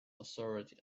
authority